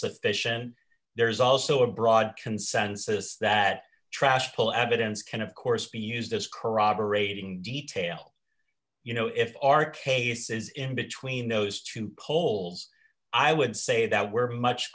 sufficient there's also a broad consensus that trash pull evidence can of course be used as corroborating detail you know if our cases in between those two poles i would say that we're much